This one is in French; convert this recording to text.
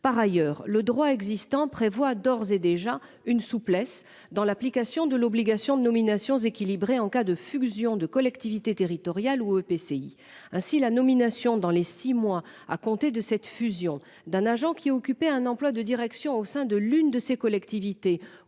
Par ailleurs le droit existant prévoit d'ores et déjà une souplesse dans l'application de l'obligation de nominations équilibrées en cas de fusion de collectivités territoriales ou EPCI ainsi la nomination dans les 6 mois à compter de cette fusion d'un agent qui a occupé un emploi de direction au sein de l'une de ces collectivités